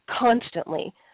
constantly